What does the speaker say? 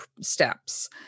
steps